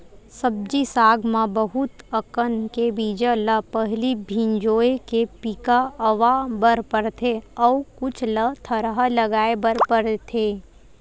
सब्जी साग म बहुत अकन के बीजा ल पहिली भिंजोय के पिका अवा बर परथे अउ कुछ ल थरहा लगाए बर परथेये